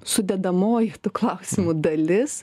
sudedamoji klausimų dalis